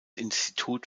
institut